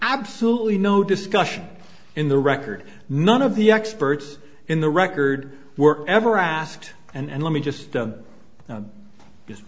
absolutely no discussion in the record none of the experts in the record were ever asked and let me just i'm just